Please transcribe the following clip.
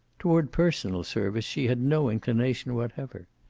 toward personal service she had no inclination whatever.